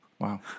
Wow